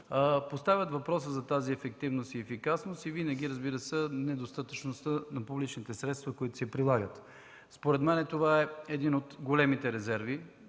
поставят въпроса за тази ефективност и ефикасност и винаги, разбира се, недостатъчността на публичните средства, които се прилагат. Според мен това е един от големите резерви,